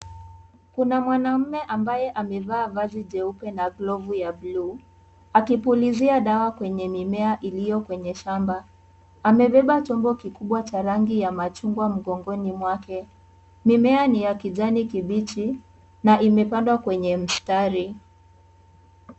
Kuna mwanaume ambaye amevaa vazi jeupe na glovu ya buluu. Akipulizia dawa kwenye mimea iliyo kwenye shamba. Amebeba chombo kikubwa cha rangi ya machungwa mgongoni mwake. Mimea ni ya kijani kibichi na imepandwa kwenye mistari.